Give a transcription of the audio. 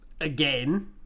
again